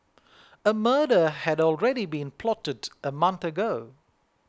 a murder had already been plotted a month ago